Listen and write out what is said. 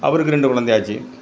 அவருக்கும் ரெண்டு குழந்தையாட்சி